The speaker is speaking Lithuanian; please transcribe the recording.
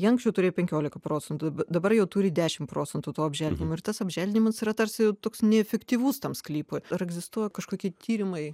kai anksčiau turėjo penkiolika procentų dabar jau turi dešim procentų to apželdinimo ir tas apželdinimas yra tarsi toks neefektyvus tam sklypui ar egzistuoja kažkokie tyrimai